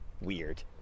Weird